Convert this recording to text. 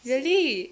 really